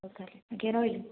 ହେଉ ତାହେଲେ ଆଜ୍ଞା ରହିଲି